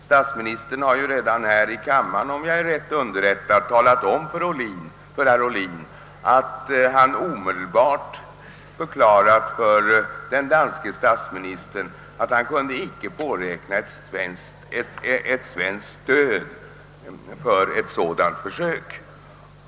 Statsministern har ju redan här i kammaren, om jag är rätt underrättad, talat om för herr Ohlin att han omedelbart förklarade för den danske statsministern att han icke kunde påräkna ett svenskt stöd för ett sådant försök.